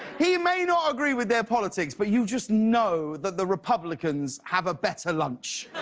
he may not agree with their politics but you just know that the republicans have a better lunch.